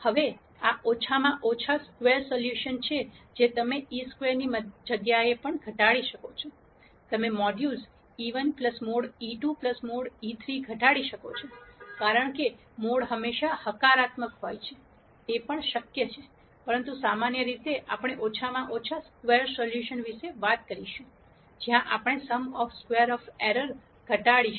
હવે આ ઓછામાં ઓછો સ્ક્વેર સોલ્યુશન છે જે તમે e 2 ની જગ્યાએ પણ ઘટાડી શકો છો તમે modulus e1 mod e2 mod e3 ઘટાડી શકો છો કારણ કે મોડ હંમેશા હકારાત્મક હોય છે તે પણ શક્ય છે પરંતુ સામાન્ય રીતે આપણે ઓછામાં ઓછા સ્ક્વેર સોલ્યુશન વિશે વાત કરીશું જ્યાં આપણે sum of square of error ઘટાડીશું